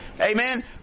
Amen